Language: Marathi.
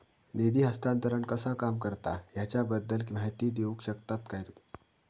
निधी हस्तांतरण कसा काम करता ह्याच्या बद्दल माहिती दिउक शकतात काय?